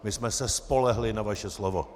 My jsme se spolehli na vaše slovo.